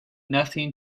nothing